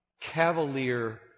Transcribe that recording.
cavalier